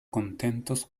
contentos